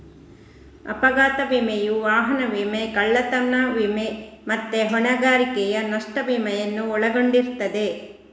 ಅಪಘಾತ ವಿಮೆಯು ವಾಹನ ವಿಮೆ, ಕಳ್ಳತನ ವಿಮೆ ಮತ್ತೆ ಹೊಣೆಗಾರಿಕೆಯ ನಷ್ಟ ವಿಮೆಯನ್ನು ಒಳಗೊಂಡಿರ್ತದೆ